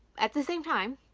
at the same time,